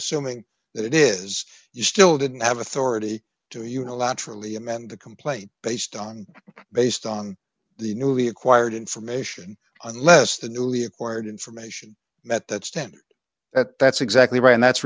assuming that it is you still didn't have authority to unilaterally amend the complaint based on based on the newly acquired information unless the newly acquired information met that standard that that's exactly right and that's